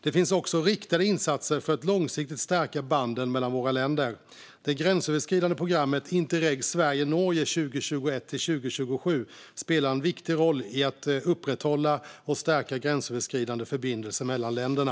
Det finns också riktade insatser för att långsiktigt stärka banden mellan våra länder. Det gränsöverskridande programmet Interreg Sverige-Norge 2021-2027 spelar en viktig roll i att upprätthålla och stärka gränsöverskridande förbindelser mellan länderna.